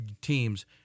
teams